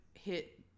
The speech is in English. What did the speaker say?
hit